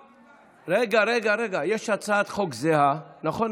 רגע, יש הצעת חוק זהה, נכון.